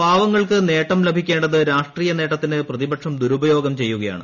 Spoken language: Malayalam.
പാവങ്ങൾക്ക് നേട്ടം ലഭിക്കേണ്ടത് രാഷ്ട്രീയ നേട്ടത്തിന് പ്രതീപക്ഷം ദുരുപയോഗം ചെയ്യുകയാണ്